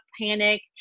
panic